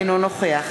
אינו נוכח